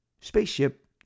spaceship